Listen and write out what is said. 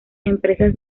empresas